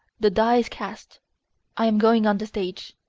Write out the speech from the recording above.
the die is cast i am going on the stage.